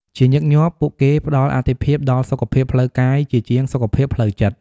ជាញឹកញាប់ ពួកគេផ្តល់អាទិភាពដល់សុខភាពផ្លូវកាយជាជាងសុខភាពផ្លូវចិត្ត។